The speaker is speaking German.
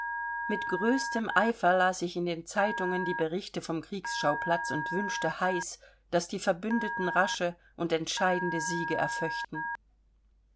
mit größtem eifer las ich in den zeitungen die berichte vom kriegsschauplatz und wünschte heiß daß die verbündeten rasche und entscheidende siege